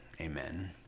Amen